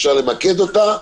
אפשר למקד אותה,